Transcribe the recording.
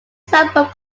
sample